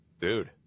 Dude